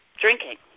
drinking